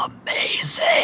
amazing